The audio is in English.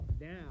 Now